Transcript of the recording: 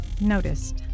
noticed